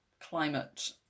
climate